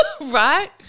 Right